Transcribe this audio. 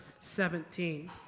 17